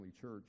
Church